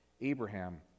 Abraham